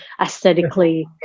aesthetically